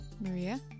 Maria